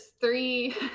three